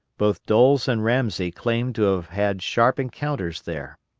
both doles and ramsey claim to have had sharp encounters there.